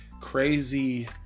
crazy